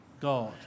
god